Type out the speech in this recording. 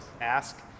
ask